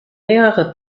mehrere